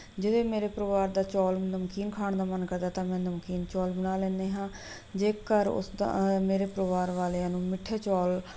ਜਿਵੇਂ ਮੇਰੇ ਪਰਿਵਾਰ ਦਾ ਚੌਲ ਨਮਕੀਨ ਖਾਣ ਦਾ ਮਨ ਕਰਦਾ ਤਾਂ ਮੈਂ ਨਮਕੀਨ ਚੌਲ ਬਣਾ ਲੈਂਦੀ ਹਾਂ ਜੇਕਰ ਉਸਦਾ ਮੇਰੇ ਪਰਿਵਾਰ ਵਾਲਿਆਂ ਨੂੰ ਮਿੱਠੇ ਚੌਲ